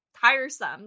tiresome